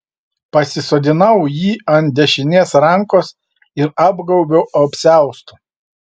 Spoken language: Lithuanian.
pasisodinau jį ant dešinės rankos ir apgaubiau apsiaustu